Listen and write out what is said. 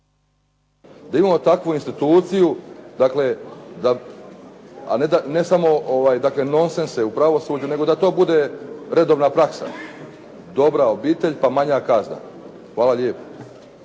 da imamo takvu instituciju, a ne samo nonsense u pravosuđu, nego da to bude redovna praksa. Dobra obitelj pa manja kazna. Hvala lijepo.